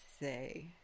say